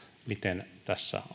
miten tässä